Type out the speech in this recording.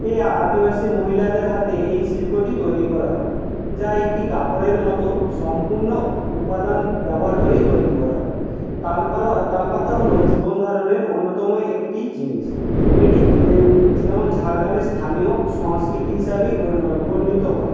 এই আদিবাসী মহিলাদের হাতে এই শিল্পটি তৈরি করা হয় যা একটি কাপড়ের মতো সম্পূন্ন উপাদান ব্যবহার করেই তৈরি করা হয় তালপালা তালপাতা হলো জীবন ধারণের অন্যতম একটি জিনিস এটি যেমন ঝাড়গামের স্থানীয় সংস্কৃতি হিসাবেই বর্ণিত হয়